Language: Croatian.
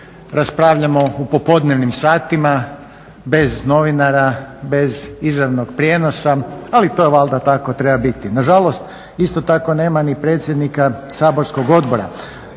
raspravljamo u popodnevnim satima, bez novinara, bez izravnog prijenosa, ali to valjda tako treba biti. Nažalost, isto tako nema ni predsjednika saborskog odbora.